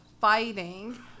fighting